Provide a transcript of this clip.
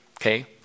Okay